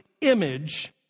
image